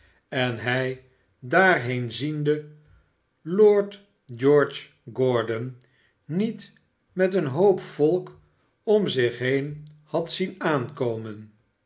en hij daarheen ziende lord george gordon niet met een hoop volk om zich heen had zien aankomen